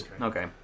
Okay